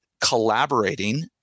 collaborating